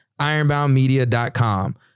ironboundmedia.com